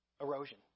Erosion